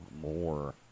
more